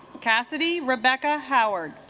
cassidy rebecca howard